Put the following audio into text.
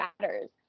matters